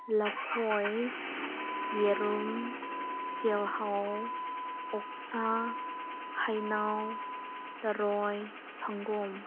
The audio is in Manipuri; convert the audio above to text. ꯂꯐꯣꯏ ꯌꯦꯔꯨꯝ ꯇꯤꯜꯍꯧ ꯑꯣꯛꯁꯥ ꯍꯧꯅꯩ ꯊꯔꯣꯏ ꯁꯪꯒꯣꯝ